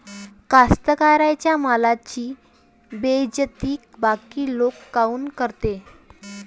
कास्तकाराइच्या मालाची बेइज्जती बाकी लोक काऊन करते?